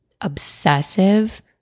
obsessive